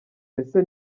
ese